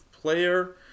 player